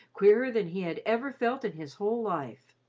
queerer than he had ever felt in his whole life.